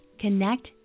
connect